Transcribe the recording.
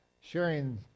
sharing